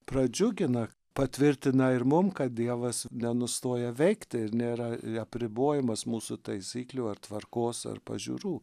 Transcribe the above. pradžiugina patvirtina ir mum kad dievas nenustoja veikti ir nėra apribojamas mūsų taisyklių ar tvarkos ar pažiūrų